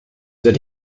that